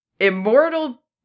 immortal